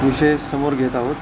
विषय समोर घेत आहोत